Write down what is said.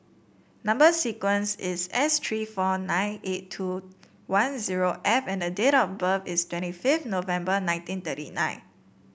number sequence is S tree four nine eight two one zero F and date of birth is twenty fifth November nineteen thirty nine